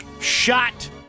shot